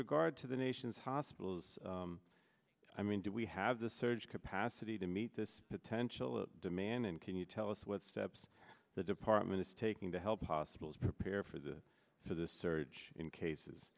regard to the nation's hospitals i mean do we have the surge capacity to meet this potential demand and can you tell us what steps the department is taking to help possibles prepare for the for the surge in cases